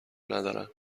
ندارن